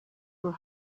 were